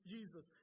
Jesus